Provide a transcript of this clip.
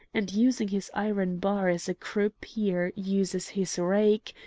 and using his iron bar as a croupier uses his rake,